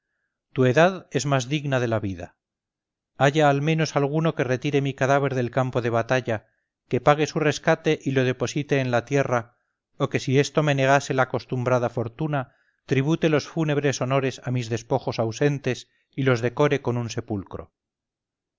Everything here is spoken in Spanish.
tu edad es más digna de la vida haya al menos alguno que retire mi cadáver del campo de batalla que pague su rescate y lo deposite en la tierra o que si esto me negase la acostumbrada fortuna tribute los fúnebres honores a mis despojos ausentes y los decore con un sepulcro